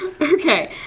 okay